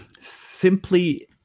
simply